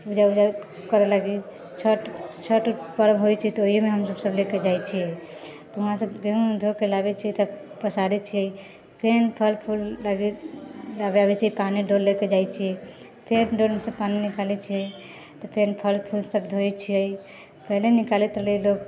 पूजा उजा करै लागी छठ पर्व होइ छै तऽ ओहिमे हमसब लेके जाइ छिए तऽ वहाँसँ गेहूँ उहूँ धोके लाबै छिए पसारै छिए फेर फल फूल लगाबै छिए पानीके डोल लऽ कऽ जाइ छिए फेर डोलसँ पानी निकालै छिए तऽ फेर फल फूल सब धोइ छिए पहिले निकालैत रहै लोक